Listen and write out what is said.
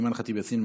אימאן ח'טיב יאסין,